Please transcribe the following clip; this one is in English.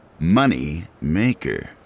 Moneymaker